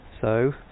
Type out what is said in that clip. So